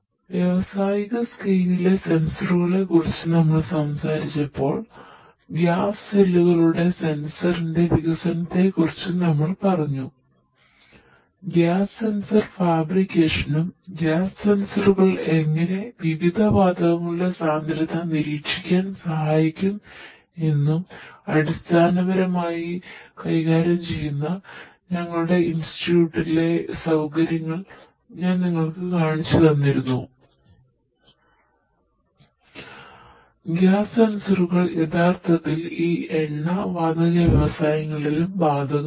വ്യവസായ സ്കെയിലിലെ സെൻസറുകളെ കുറിച്ച് നമ്മൾ സംസാരിച്ചപ്പോൾ ഗ്യാസ് സെല്ലുകളുടെ സെൻസറിന്റെ വികസനത്തെക്കുറിച്ചും നമ്മൾ പറഞ്ഞു ഗ്യാസ് സെൻസർ ഫാബ്രിക്കേഷനും ഗ്യാസ് സെൻസറുകൾ എങ്ങനെ വിവിധ വാതകങ്ങളുടെ സാന്ദ്രത നിരീക്ഷിക്കാൻ സഹായിക്കുമെന്നും അടിസ്ഥാനപരമായി കൈകാര്യം ചെയ്യുന്ന ഞങ്ങളുടെ ഇൻസ്റ്റിറ്റ്യൂട്ടിലെ സൌകര്യങ്ങളിലൊന്ന് ഞാൻ നിങ്ങൾക്ക് കാണിച്ചുതന്നിരുന്നു ഗ്യാസ് സെൻസറുകൾ യഥാർത്ഥത്തിൽ ഈ എണ്ണ വാതക വ്യവസായങ്ങളിലും ബാധകമാണ്